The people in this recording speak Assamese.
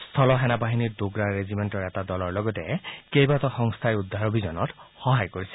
স্থল সেনাবাহিনী ডোগ্ৰা ৰেজিমেণ্টৰ এটা দলৰ লগতে কেইবাটাও সংস্থাই উদ্ধাৰ অভিযানত সহায় কৰিছে